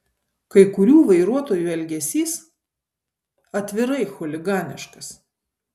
kai kurių vairuotojų elgesys atvirai chuliganiškas